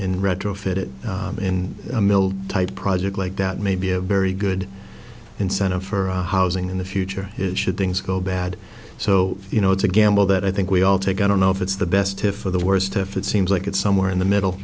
and retrofit it in a mill type project like that may be a very good incentive for housing in the future is should things go bad so you know it's a gamble that i think we all take i don't know if it's the best to for the worst if it seems like it's somewhere in the middle